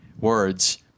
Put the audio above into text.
words